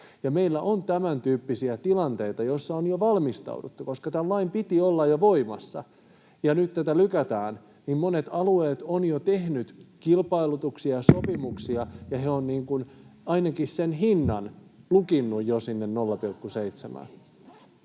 Meillä on tämäntyyppisiä tilanteita, joissa on jo valmistauduttu, koska tämän lain piti olla jo voimassa, ja kun nyt tätä lykätään, niin monet alueet ovat jo tehneet kilpailutuksia ja sopimuksia, ja ne ovat ainakin sen hinnan lukinneet jo sinne 0,7:ään.